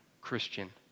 Christian